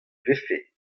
vefe